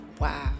Wow